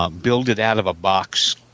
build-it-out-of-a-box